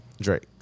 Drake